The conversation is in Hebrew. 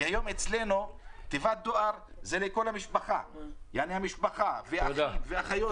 כי היום אצלנו תיבת דואר זה לכל המשפחה המשפחה ואחים ואחיות,